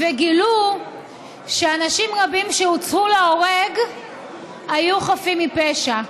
וגילו שאנשים רבים שהוצאו להורג היו חפים מפשע.